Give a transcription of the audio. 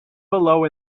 below